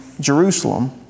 Jerusalem